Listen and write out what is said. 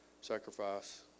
sacrifice